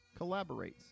collaborates